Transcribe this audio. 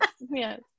yes